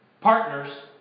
Partners